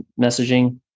messaging